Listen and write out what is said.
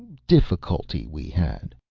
difficulty we had.